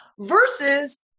versus